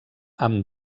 amb